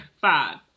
Five